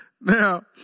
Now